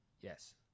Yes